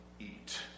eat